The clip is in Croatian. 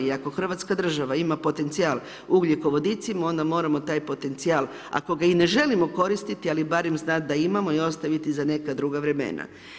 Ako hrvatska država ima potencijal ugljikovodicima, onda moramo taj potencijal ako ga i ne želimo koristiti, ali barem znat da imamo i ostaviti za neka druga vremena.